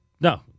no